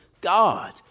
God